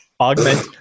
augment